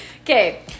Okay